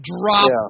drop